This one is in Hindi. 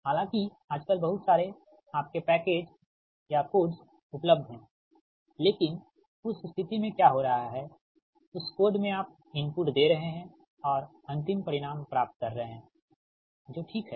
हालाँकि आजकल बहुत सारे आपके पैकेजेज या कोड्स उपलब्ध हैं लेकिन उस स्थिति में क्या हो रहा है उस कोड में आप इनपुट दे रहे हैं और अंतिम परिणाम प्राप्त कर रहे हैंजो ठीक है